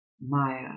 Maya